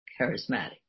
charismatic